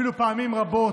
ואפילו פעמים רבות,